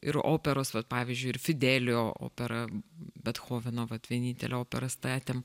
ir operos vat pavyzdžiui ir fidelio opera bethoveno vat vienintelę operą statėm